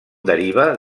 deriva